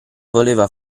voleva